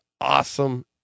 awesome